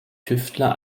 tüftler